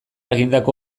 egindako